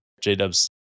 J-Dub's